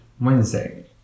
Wednesday